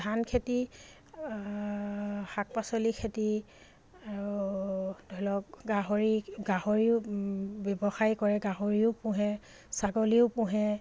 ধান খেতি শাক পাচলি খেতি আৰু ধৰি লওক গাহৰি গাহৰিও ব্যৱসায় কৰে গাহৰিও পোহে ছাগলীও পোহে